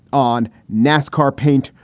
on nascar paint,